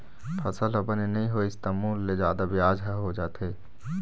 फसल ह बने नइ होइस त मूल ले जादा बियाज ह हो जाथे